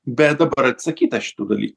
bet dabar atsakyta šitų daly